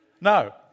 no